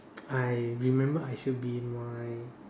I remember I should be in my